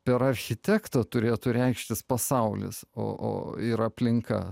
per architektą turėtų reikštis pasaulis o io r aplinka